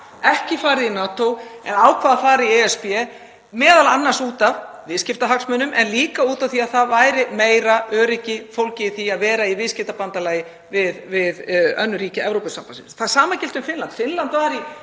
ekki farið í NATO en ákvað að fara í ESB, m.a. út af viðskiptahagsmunum en líka út af því að það væri meira öryggi fólgið í því að vera í viðskiptabandalagi við önnur ríki Evrópusambandsins. Það sama gilti um Finnland. Finnland var í